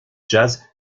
jazz